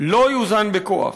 לא יוזן בכוח.